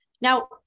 Now